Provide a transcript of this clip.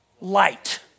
light